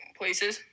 places